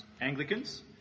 Anglicans